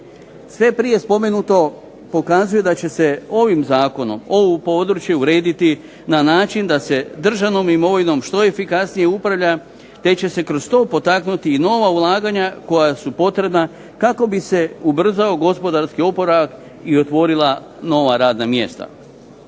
Sve prije spomenuto pokazuje da će se ovim zakonom ovo područje urediti na način da se državnom imovinom što efikasnije upravlja te će se kroz to potaknuti i nova ulaganja koja su potrebna kako bi se ubrzao gospodarski oporavak i otvorila nova radna mjesta.